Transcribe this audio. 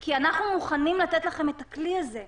כי אנחנו מוכנים לתת לכם את הכלי הזה.